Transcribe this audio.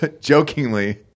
jokingly